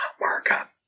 markup